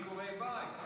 לא, יש ביקורי בית.